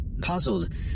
puzzled